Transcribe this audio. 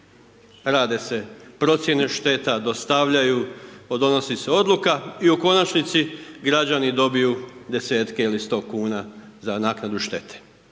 Rade se procjene šteta, dostavljaju, donosi se odluka i u konačnici građani dobiju desetke ili 100 kuna za naknadu štete.